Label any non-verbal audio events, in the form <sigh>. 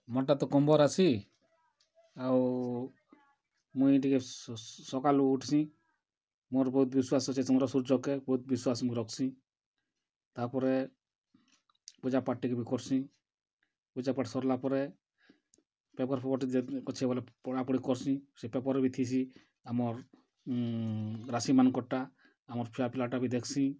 ମନଟା ତ କୁମ୍ଭ ରାଶି ଆଉ ମୁଇଁ ଟିକେ ସକାଳୁ ଉଠ୍ସିଁ ମୋର ବହୁତ୍ ବିଶ୍ୱାସ ଅଛି ତୁମର <unintelligible> ବହୁତ୍ ବିଶ୍ୱାସ୍ ମୁଁ ରଖ୍ସିଁ ତାପରେ ପୂଜା ପାଟ୍ ଟିକେ ବି କର୍ସିଁ ପୂଜା ପାଟ୍ ସରିଲା ପରେ ପେପର୍ ଫେପର୍ ଟି ଅଛି ବୋଲେ ପଡ଼ା ପଡ଼ି କର୍ସିଁ ସେ ପେପର୍ ବି ଥିସିଁ ଆମର ରାଶି ମାନଙ୍କର ଟା ଆମର ଛୁଆ ପିଲା ଟା ବି ଦେଖ୍ସିଁ